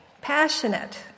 passionate